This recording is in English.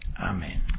Amen